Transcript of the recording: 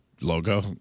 logo